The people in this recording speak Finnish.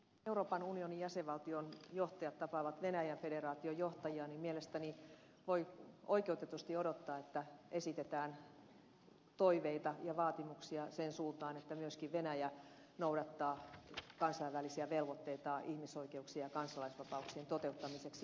euroopan unionin jäsenvaltioiden johtajat tapaavat venäjän federaation johtajia ja mielestäni voi oikeutetusti odottaa että esitetään toiveita ja vaatimuksia sen suuntaan että myöskin venäjä noudattaa kansainvälisiä velvoitteitaan ihmisoikeuksien ja kansalaisvapauksien toteuttamiseksi